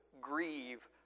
grieve